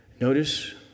notice